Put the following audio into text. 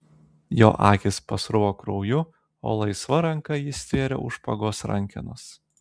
jo akys pasruvo krauju o laisva ranka jis stvėrė už špagos rankenos